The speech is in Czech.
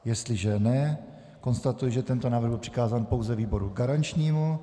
Jestliže ne, konstatuji, že tento návrh byl přikázán pouze výboru garančnímu